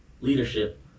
leadership